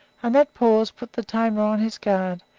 and that pause put the tamer on his guard,